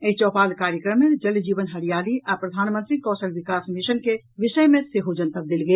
एहि चौपाल कार्यक्रम मे जल जीवन हरियाली आ प्रधानमंत्री कौशल विकास मिशन के विषय मे सेहो जनतब देल गेल